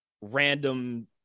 random